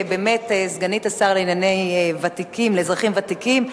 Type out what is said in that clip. סגנית השר לענייני אזרחים ותיקים,